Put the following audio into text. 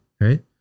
right